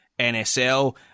NSL